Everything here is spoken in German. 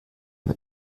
man